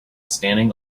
standing